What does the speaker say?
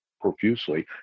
profusely